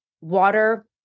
water